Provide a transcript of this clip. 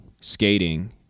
skating